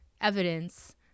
evidence